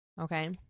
Okay